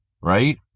right